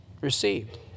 received